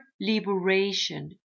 liberation